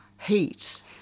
heat